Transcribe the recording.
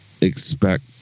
Expect